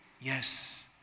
yes